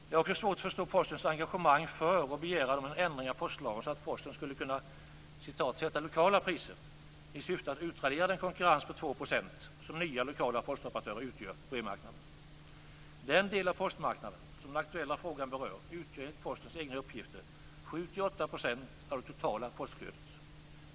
Jag har också svårt att förstå Postens engagemang för och begäran om en ändring av postlagen så att Posten skulle kunna "sätta lokala priser" i syfte att utradera den konkurrens på 2 % som nya, lokala postoperatörer utgör på brevmarknaden. Den del av postmarknaden som den aktuella frågan berör utgör enligt Postens egna uppgifter 7-8 % av det totala postflödet.